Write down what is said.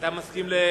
אתה מסכים למליאה?